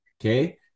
Okay